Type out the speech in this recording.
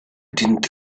didn’t